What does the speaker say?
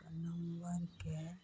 नम्बरके